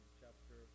chapter